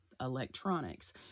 electronics